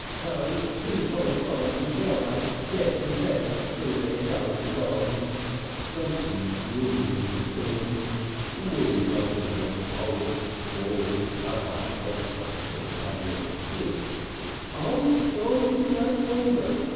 though two poor souls of wives dead and buried through their goings on johnson ruling the storm we don't want old scores dug up on such a day as this old scores you may call them,